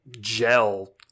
gel